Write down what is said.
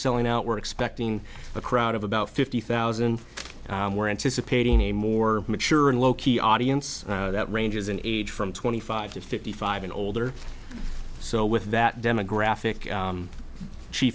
selling out we're expecting a crowd of about fifty thousand we're anticipating a more mature and low key audience that ranges in age from twenty five to fifty five and older so with that demographic